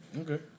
Okay